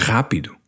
Rápido